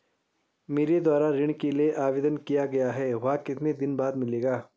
मेरे द्वारा ऋण के लिए आवेदन किया गया है वह कितने दिन बाद मिलेगा?